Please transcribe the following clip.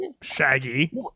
Shaggy